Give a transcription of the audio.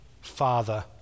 father